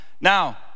Now